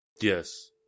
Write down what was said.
Yes